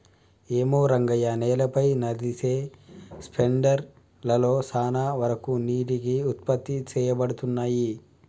ఏమో రంగయ్య నేలపై నదిసె స్పెండర్ లలో సాన వరకు నీటికి ఉత్పత్తి సేయబడతున్నయి